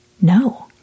No